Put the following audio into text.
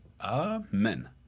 amen